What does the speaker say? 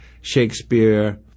Shakespeare